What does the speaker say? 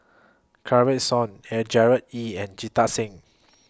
Kanwaljit Soin Gerard Ee and Jita Singh